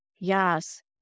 yes